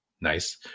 Nice